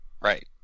right